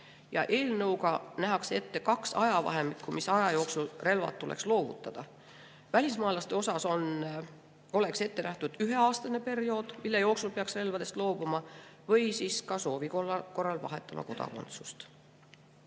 Eelnõuga nähakse ette kaks ajavahemikku, mis aja jooksul relvad tuleks loovutada. Välismaalaste osas oleks ette nähtud üheaastane periood, mille jooksul peaks relvadest loobuma või siis soovi korral vahetama kodakondsust.